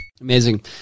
Amazing